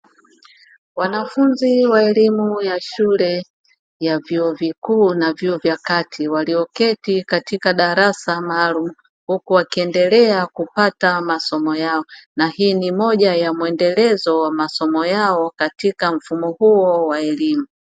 Wanafunzi wa elimu ya shule ya vyuo vikuu na vyuo vya kati, walioketi katika darasa maalum huku wakiendelea kupata masomo yao na hii ni moja ya muendelezo wa masomo yao katika mfumo huo wa elimu.